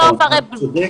נכון, את צודקת.